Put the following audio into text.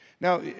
Now